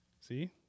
see